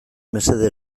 mesede